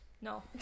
No